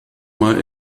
mal